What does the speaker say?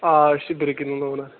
آ أسۍ چھِ بِرک کِلن اونَر